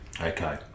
Okay